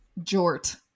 jort